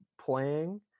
playing